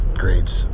grades